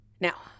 now